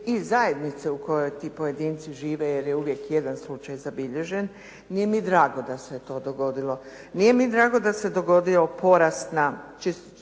i zajednice u kojoj ti pojedinci žive jer je uvijek jedan slučaj zabilježen, nije mi drago da se to dogodilo. Nije mi drago da se dogodio porast na skoro